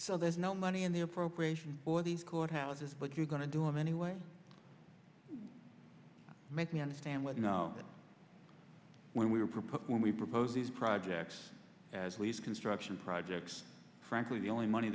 so there's no money in the appropriation for these courthouses but you're going to do it anyway made me understand what you know when we were put when we proposed these projects as least construction projects frankly the only money